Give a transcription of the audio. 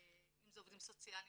אם זה עובדים סוציאליים,